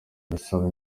ndasaba